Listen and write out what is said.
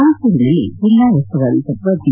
ಮ್ಸೆಸೂರಿನಲ್ಲಿ ಜಿಲ್ಲಾ ಉಸ್ತುವಾರಿ ಸಚಿವ ಜಿ